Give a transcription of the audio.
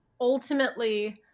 ultimately